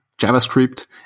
JavaScript